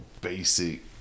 basic